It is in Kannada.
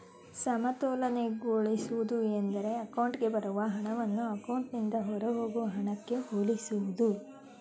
ಸಮತೋಲನಗೊಳಿಸುವುದು ಎಂದ್ರೆ ಅಕೌಂಟ್ಗೆ ಬರುವ ಹಣವನ್ನ ಅಕೌಂಟ್ನಿಂದ ಹೊರಹೋಗುವ ಹಣಕ್ಕೆ ಹೋಲಿಸುವುದು